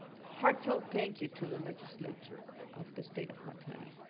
heartfelt thank you to the legislature of the state of montana.